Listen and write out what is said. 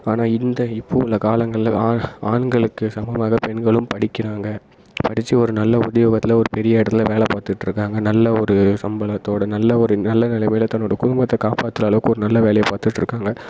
ஆனால் இந்த இப்போ உள்ள காலங்களில் ஆ ஆண்களுக்கு சமமாக பெண்களும் படிக்கிறாங்க படிச்சு ஒரு நல்ல உத்தியோகத்தில் ஒரு பெரிய இடத்துல வேலை பார்த்துக்கிட்ருக்காங்க நல்ல ஒரு சம்பளத்தோட நல்ல ஒரு நல்ல நிலமையில தன்னோட குடும்பத்தை காப்பாற்றுற அளவுக்கு ஒரு நல்ல வேலையை பார்த்துட்ருக்காங்க